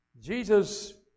Jesus